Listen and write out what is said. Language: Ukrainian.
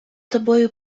тобою